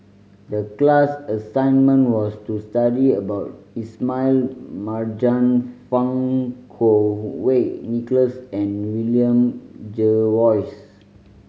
the class assignment was to study about Ismail Marjan Fang Kuo Wei Nicholas and William Jervois